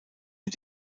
mit